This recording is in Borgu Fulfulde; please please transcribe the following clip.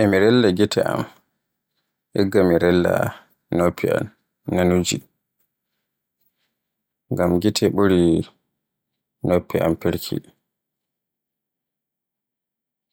E mi rella gite am igga mi rella noffi nanooji. Ngam gite ɓuri noffi amfirki,